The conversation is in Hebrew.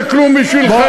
הכנסת זה כלום בשבילכם,